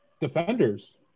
defenders